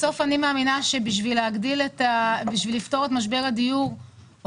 בסוף אני מאמינה שבשביל לפתור את משבר הדיור או